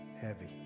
heavy